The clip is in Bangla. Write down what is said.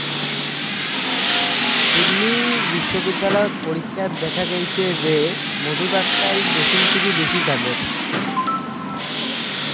সিডনি বিশ্ববিদ্যালয়ত পরীক্ষাত দ্যাখ্যা গেইচে যে মধু ডাক্তারী ড্রেসিং থাকি বেশি কাজের